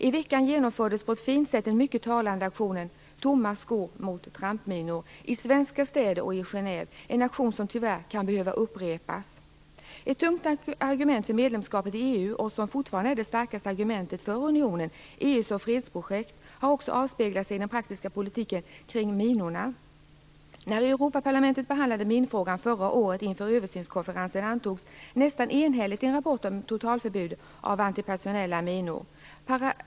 I veckan genomfördes på ett fint sätt den mycket talande aktionen "Tomma skor mot trampminor" i svenska städer och i Genève, en aktion som tyvärr kan behöva upprepas. Ett tungt argument för medlemskapet i EU, som fortfarande är det starkaste argumentet för unionen, nämligen EU som fredsprojekt, har också avspeglats i den praktiska politiken kring minorna. När Europaparlamentet behandlade minfrågan förra året inför översynskonferensen antogs nästan enhälligt en rapport om totalförbud av antipersonella minor.